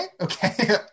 Okay